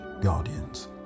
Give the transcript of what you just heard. Guardians